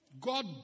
God